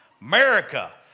America